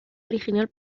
original